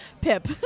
Pip